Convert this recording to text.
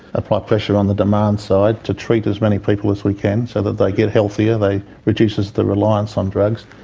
apply pressure on the demand side, to treat as many people as we can so that they get healthier, they. reduces the reliance on drugs.